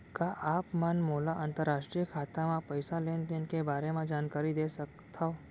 का आप मन मोला अंतरराष्ट्रीय खाता म पइसा लेन देन के बारे म जानकारी दे सकथव?